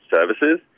Services